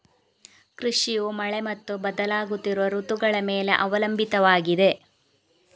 ಕೃಷಿಯು ಮಳೆ ಮತ್ತು ಬದಲಾಗುತ್ತಿರುವ ಋತುಗಳ ಮೇಲೆ ಅವಲಂಬಿತವಾಗಿದೆ